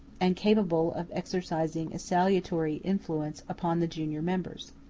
and capable of exercising a salutary influence upon the junior members.